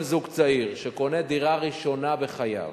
כל זוג צעיר שקונה דירה ראשונה בחייו,